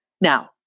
Now